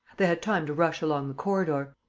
they had time to rush along the corridor.